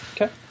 Okay